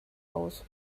aus